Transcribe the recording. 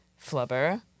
flubber